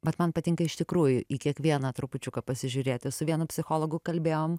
bet man patinka iš tikrųjų į kiekvieną trupučiuką pasižiūrėti su vienu psichologu kalbėjom